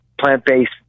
plant-based